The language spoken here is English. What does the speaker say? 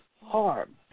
harm